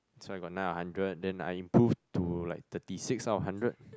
so I got nine out of hundred then I improve to like thirty six out of hundred